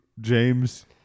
James